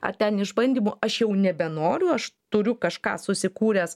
ar ten išbandymų aš jau nebenoriu aš turiu kažką susikūręs